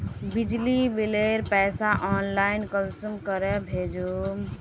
बिजली बिलेर पैसा ऑनलाइन कुंसम करे भेजुम?